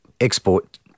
export